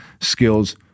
skills